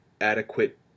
adequate